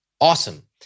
awesome